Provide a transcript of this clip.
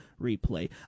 Replay